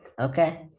Okay